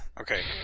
Okay